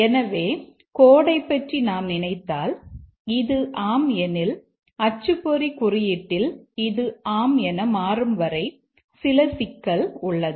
எனவே கோடைப் பற்றி நாம் நினைத்தால் இது ஆம் எனில் அச்சுப்பொறி குறியீட்டில் இது ஆம் என மாறும் வரை சில சிக்கல் உள்ளது